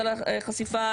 על החשיפה,